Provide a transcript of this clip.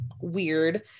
weird